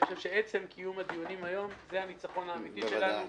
אני חושב שעצם קיום הדיונים היום הוא הניצחון האמתי שלנו.